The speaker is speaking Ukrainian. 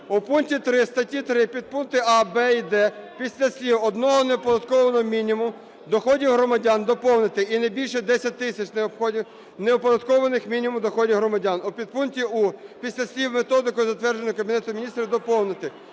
У пункті 3 статті 3: підпункти "а", "б" і "д" після слів "одного неоподатковуваного мінімуму доходів громадян" доповнити: "і не більше 10 тисяч неоподатковуваних мінімумів доходів громадян"; у підпункті "у": після слів "методикою, затвердженою Кабінетом Міністрів" доповнити